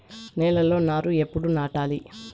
నేలలో నారు ఎప్పుడు నాటాలి?